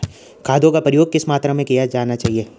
खादों का प्रयोग किस मात्रा में किया जाना चाहिए?